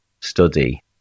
study